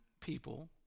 people